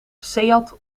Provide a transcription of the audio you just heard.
seat